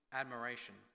admiration